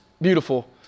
beautiful